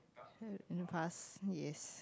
uh in the past yes